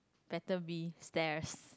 better be stares